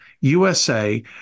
USA